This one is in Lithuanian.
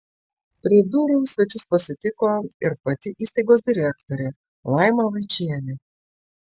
prie durų svečius pasitiko ir pati įstaigos direktorė laima vaičienė